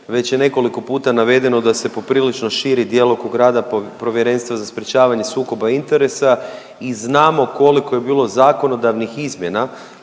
već je nekoliko puta navedeno da se poprilično širi djelokrug rada Povjerenstva za sprječavanje sukoba interesa i znamo koliko je bilo zakonodavnih izmjena,